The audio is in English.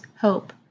hope